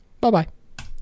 Bye-bye